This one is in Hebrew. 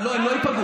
לא, לא ייפגעו.